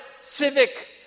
civic